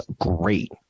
great